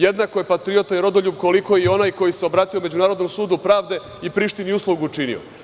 Jednako je patriota i rodoljub koliko i onaj koji se obratio Međunarodnom sudu pravde i Prištini i uslugu čini.